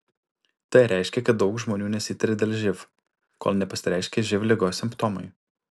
tai reiškia kad daug žmonių nesitiria dėl živ kol nepasireiškia živ ligos simptomai